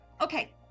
Okay